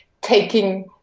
taking